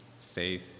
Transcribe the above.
faith